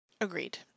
Agreed